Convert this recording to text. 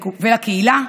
ולקהילה,